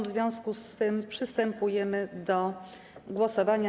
W związku z tym przystępujemy do głosowania.